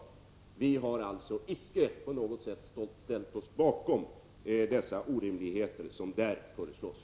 Vi har alltså icke på något sätt ställt oss bakom de orimligheter som där föreslås.